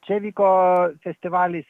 čia vyko festivalis